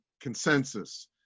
consensus